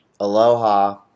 Aloha